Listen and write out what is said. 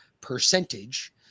percentage